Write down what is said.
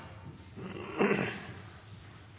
unge